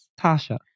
Tasha